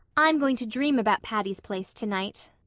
i'm going to dream about patty's place tonight,